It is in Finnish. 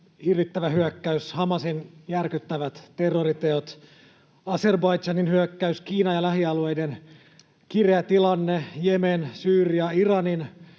hirvittävä hyökkäys, Hamasin järkyttävät terroriteot, Azerbaidžanin hyökkäys, Kiinan ja lähialueiden kireä tilanne, Jemen, Syyria, Iranissa